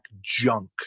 junk